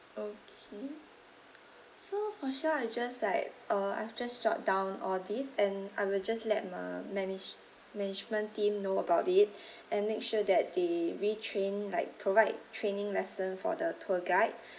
okay so for sure I just like uh I've just jot down all these and I will just let mer~ manage management team know about it and make sure that they retrain like provide training lesson for the tour guide